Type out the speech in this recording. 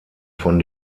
von